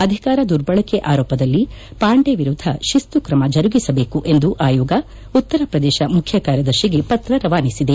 ಅಧಿಕಾರ ದುರ್ಬಳಕೆ ಆರೋಪದಲ್ಲಿ ಪಾಂಡೆ ವಿರುದ್ದ ಶಿಸ್ತು ಕ್ರಮ ಜರುಗಿಸಬೇಕು ಎಂದು ಆಯೋಗ ಉತ್ತರ ಪ್ರದೇಶ ಮುಖ್ಯ ಕಾರ್ಯದರ್ಶಿಗೆ ಪತ್ರ ರವಾನಿಸಿದೆ